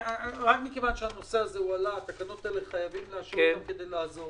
רק מכיוון שהנושא הזה עלה חייבים לאשר את התקנות האלה כדי לעזור.